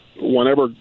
Whenever